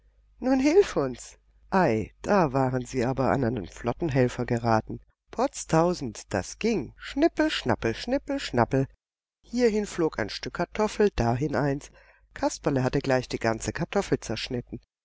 nun hilf uns ei da waren sie aber an einen flotten helfer geraten potztausend das ging schnippel schnappel schnippel schnappel hierhin flog ein stück kartoffel dahin eins kasperle hatte gleich die ganze kartoffel zerschnitten